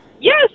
Yes